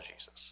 Jesus